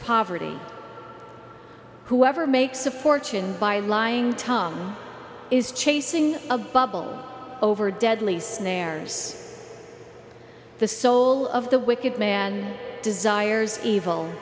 poverty whoever makes a fortune by lying tom is chasing a bubble over deadly snares the soul of the wicked man desires evil